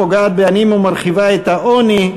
פוגעת בעניים ומרחיבה את העוני.